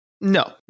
no